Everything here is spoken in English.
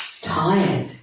tired